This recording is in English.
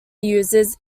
users